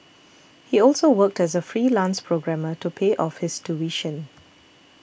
he also worked as a freelance programmer to pay off his tuition